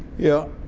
yeah.